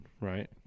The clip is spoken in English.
right